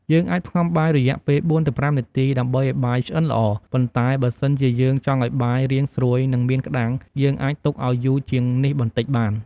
យើងអាចផ្ងំបាយរយៈពេល៤ទៅ៥នាទី ដើម្បីឱ្យបាយឆ្អិនល្អ ប៉ុន្តែ បើសិនជាយើងចង់ឱ្យបាយរាងស្រួយ និងមានក្ដាំង យើងអាចទុកឱ្យយូរជាងនេះបន្តិចបាន។